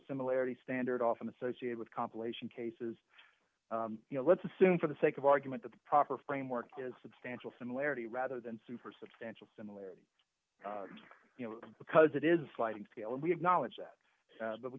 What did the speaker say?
similarity standard often associated with compilation cases you know let's assume for the sake of argument that the proper framework is substantial similarity rather than super substantial similar you know because it is sliding scale and we have knowledge that but we